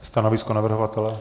Stanovisko navrhovatele?